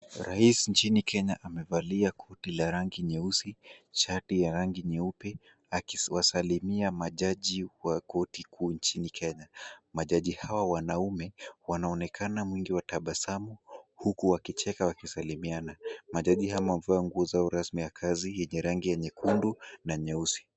Rais nchini Kenya amevalia koti la rangi nyeusi, shati ya rangi nyeupe akiwasalimia majaji wa koti kuu nchini Kenya. Majaji hawa wanaume, wanaonekana mwingi wa tabasamu huku wakicheka wakisalimiana. Majaji hawa wamevaa nguo zao rasmi ya kazi zenye rangi ya nyekundu na nyeusi.